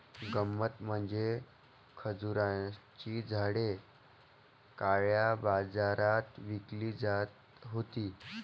गंमत म्हणजे खजुराची झाडे काळ्या बाजारात विकली जात होती